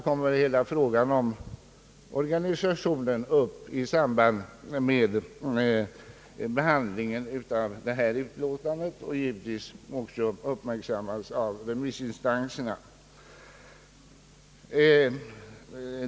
Hela frågan om organisationen kommer alltså upp i samband med behandlingen av betänkandet och kommer givetvis också att uppmärksammas av remissinstanserna.